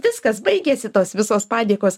viskas baigėsi tos visos padėkos